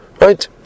Right